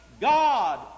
God